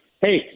hey